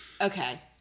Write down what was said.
okay